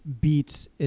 beats